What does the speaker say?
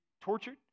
tortured